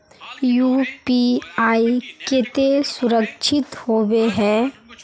UPI केते सुरक्षित होबे है?